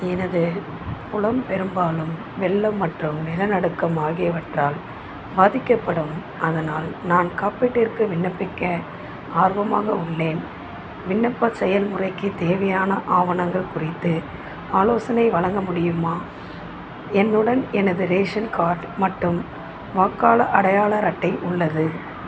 எனது நிலம் பெரும்பாலும் வெள்ளம் மற்றும் நிலநடுக்கம் ஆகியவற்றால் பாதிக்கப்படும் அதனால் நான் காப்பீட்டிற்கு விண்ணப்பிக்க ஆர்வமாக உள்ளேன் விண்ணப்ப செயல்முறைக்கு தேவையான ஆவணங்கள் குறித்து ஆலோசனை வழங்க முடியுமா என்னுடன் எனது ரேஷன் கார்டு மட்டும் வாக்காள அடையாள அட்டை உள்ளது